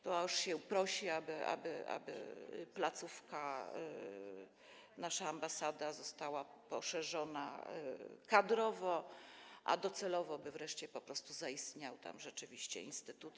Tu aż się prosi, aby placówka, nasza ambasada została poszerzona kadrowo, a docelowo - by wreszcie po prostu zaistniał tam rzeczywiście instytut.